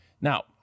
Now